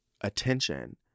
attention